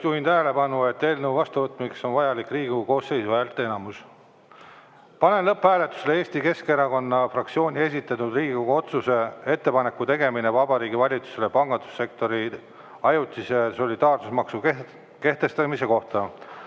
juhin tähelepanu sellele, et eelnõu vastuvõtmiseks on vajalik Riigikogu koosseisu häälteenamus. Panen lõpphääletusele Eesti Keskerakonna fraktsiooni esitatud Riigikogu otsuse "Ettepaneku tegemine Vabariigi Valitsusele pangandussektori ajutise solidaarsusmaksu kehtestamise kohta"